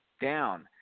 down